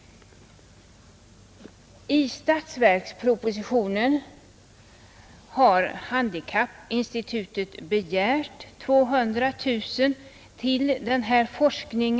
Handikappinstitutet har begärt 200 000 kronor till denna forskning.